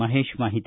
ಮಹೇಶ ಮಾಹಿತಿ